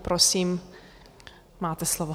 Prosím, máte slovo.